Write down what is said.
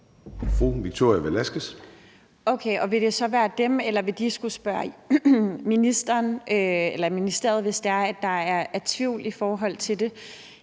dem, der afgør det, eller vil de skulle spørge ministeriet, hvis der er tvivl i forhold til det?